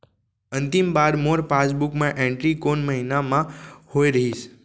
अंतिम बार मोर पासबुक मा एंट्री कोन महीना म होय रहिस?